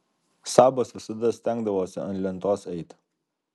sabas visada stengdavosi ant lentos eiti